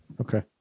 Okay